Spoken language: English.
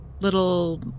Little